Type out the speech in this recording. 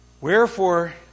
Wherefore